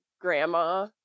grandma